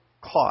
caught